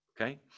okay